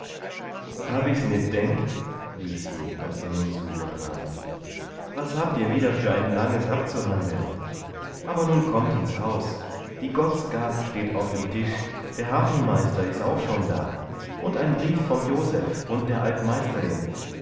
hab ich's nit denkt rief sie als wir nun zu ihr traten was habt ihr wieder für ein langes abzuhandeln aber nun kommt ins haus die gottsgab steht auf dem tisch der hafenmeister is auch schon da und ein brief vom joseph und der alt